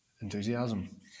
enthusiasm